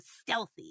stealthy